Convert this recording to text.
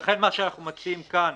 לכן מה שאנחנו מציעים כאן,